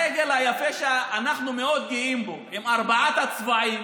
הדגל היפה, שאנחנו מאוד גאים בו, עם ארבעת הצבעים,